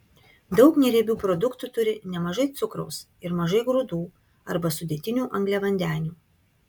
daug neriebių produktų turi nemažai cukraus ir mažai grūdų arba sudėtinių angliavandenių